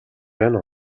байна